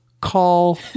call